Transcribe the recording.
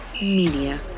Media